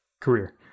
career